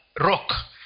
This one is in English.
rock